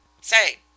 Say